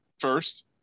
first